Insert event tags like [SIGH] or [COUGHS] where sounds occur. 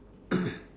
[COUGHS]